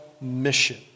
mission